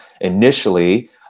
initially